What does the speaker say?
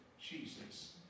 Jesus